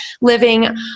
living